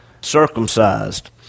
circumcised